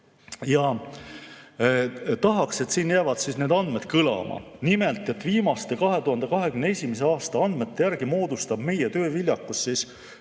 tahaksin, et siin jäävad need andmed kõlama. Nimelt, et viimaste, 2021. aasta andmete järgi moodustab meie tööviljakus 81%